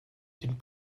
den